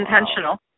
intentional